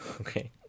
Okay